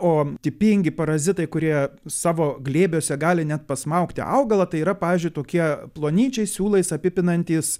o tipingi parazitai kurie savo glėbiuose gali net pasmaugti augalą tai yra pavyzdžiui tokie plonyčiai siūlais apipinantys